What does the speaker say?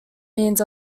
means